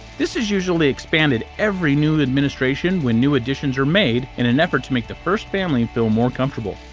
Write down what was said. this is usually expanded, every new administration, when new additions are made in an effort to make the first family feel more comfortable.